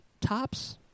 tops